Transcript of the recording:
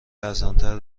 ارزانتر